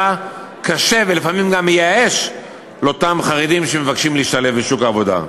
קשה ולפעמים גם מייאש אצל אותם חרדים שמבקשים להשתלב בשוק העבודה.